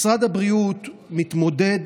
משרד הבריאות מתמודד